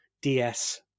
DS